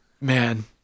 Man